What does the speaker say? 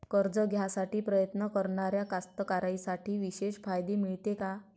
कर्ज घ्यासाठी प्रयत्न करणाऱ्या कास्तकाराइसाठी विशेष फायदे मिळते का?